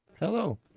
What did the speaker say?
Hello